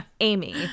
Amy